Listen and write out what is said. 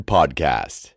Podcast